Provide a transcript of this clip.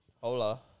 Hola